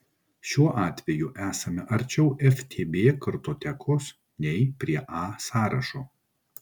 šiuo atveju esame arčiau ftb kartotekos nei prie a sąrašo